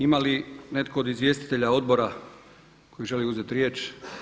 Ima li netko od izvjestitelja odbora koji želi uzet riječ?